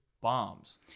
bombs